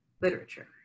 literature